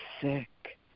sick